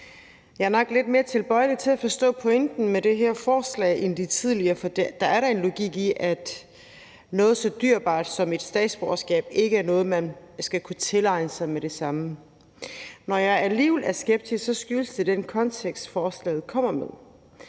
Jeg er nok lidt mere tilbøjelig til at forstå pointen med det her forslag end med de tidligere, for der er da en logik i, at noget så dyrebart som et statsborgerskab ikke er noget, man skal kunne tilegne sig med det samme. Når jeg alligevel er skeptisk, skyldes det den kontekst, forslaget kommer i.